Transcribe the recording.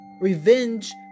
Revenge